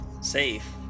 Safe